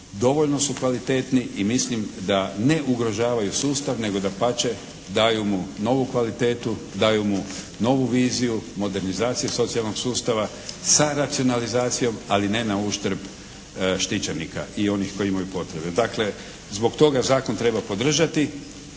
dovoljno su kvalitetni i mislim da ne ugrožavaju sustav nego dapače, daju mu novu kvalitetu, daju mu novu viziju modernizacije socijalnog sustava sa racionalizacijom, ali ne na uštrb štićenika i onih koji imaju potrebe. Dakle zbog toga zakon treba podržati.